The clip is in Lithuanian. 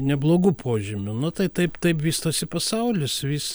neblogų požymių nu tai taip taip vystosi pasaulis vys